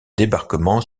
débarquement